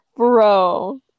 Bro